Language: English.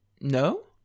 No